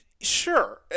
Sure